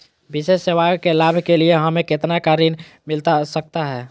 विशेष सेवाओं के लाभ के लिए हमें कितना का ऋण मिलता सकता है?